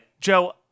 Joe